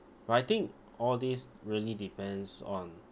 but I think all these really depends on